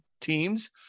teams